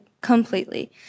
completely